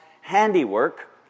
handiwork